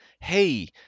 hey